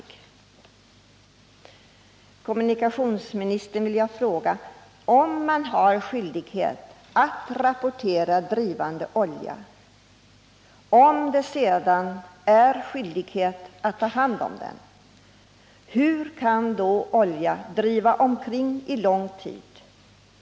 Jag vill ställa en fråga också till kommunikationsministern: Om det föreligger skyldighet att rapportera förekomst av drivande olja liksom skyldighet att i så fall ta hand om den, hur kommer det sig då att olja kan driva omkring under lång tid?